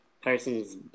Person's